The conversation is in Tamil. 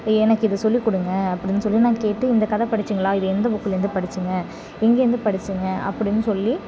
எனக்கு இதை சொல்லிக்கொடுங்க அப்படினு சொல்லி நான் கேட்டு இந்த கதை படிச்சிங்களா இதை எந்த புக்குலேருந்து படித்திங்க எங்கேருந்து படித்திங்க அப்படினு சொல்லி